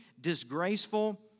disgraceful